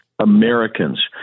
Americans